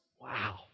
Wow